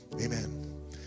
amen